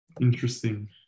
Interesting